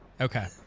okay